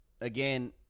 again